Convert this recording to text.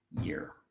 year